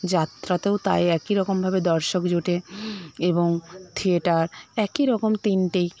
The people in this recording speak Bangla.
যাত্রাতেও তাই একইরকম ভাবে দর্শক জোটে এবং থিয়েটার একইরকম তিনটেই